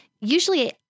usually